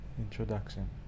Introduction